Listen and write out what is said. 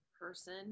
person